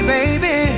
Baby